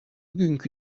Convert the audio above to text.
günkü